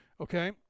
okay